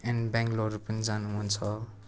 and Bangalore पनि जानु मन छ